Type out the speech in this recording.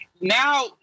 now